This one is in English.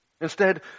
Instead